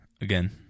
again